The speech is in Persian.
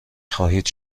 خواهید